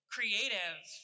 Creative